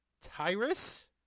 Tyrus